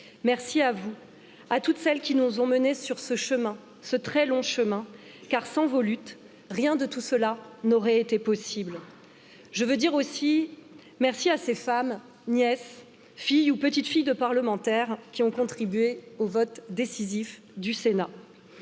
merci à vous à toutes celles qui nous ont menés sursangle min car sans vos luttes rien de tout cela n'aurait été possible. je veux dire aussi merci à ces femmes, nièces, filles ou petites filles de parlementaires qui ont contribué au vote décisif du En